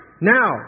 now